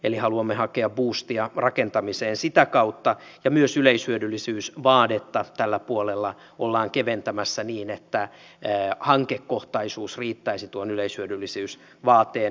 eli haluamme hakea buustia rakentamiseen sitä kautta ja myös yleishyödyllisyysvaadetta tällä puolella ollaan keventämässä niin että hankekohtaisuus riittäisi tuon yleishyödyllisyysvaateen täyttämiseksi